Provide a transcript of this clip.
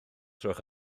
gwelwch